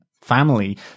family